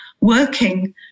working